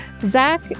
Zach